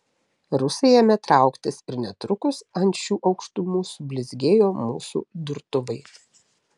rusai ėmė trauktis ir netrukus ant šių aukštumų sublizgėjo mūsų durtuvai